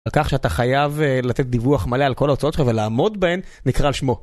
על כך שאתה חייב לתת דיווח מלא על כל ההוצאות שלך ולעמוד בהן נקרא על שמו.